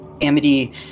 Amity